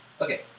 Okay